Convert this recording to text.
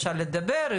אפשר לדבר,